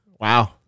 Wow